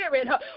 Spirit